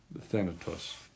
thanatos